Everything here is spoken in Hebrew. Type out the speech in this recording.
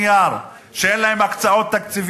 שהן על הנייר, שאין להן הקצאות תקציביות,